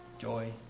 joy